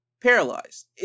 paralyzed